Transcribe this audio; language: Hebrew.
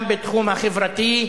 גם בתחום החברתי.